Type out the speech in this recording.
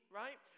right